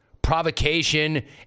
provocation